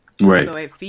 Right